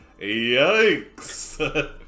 yikes